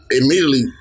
immediately